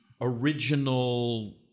original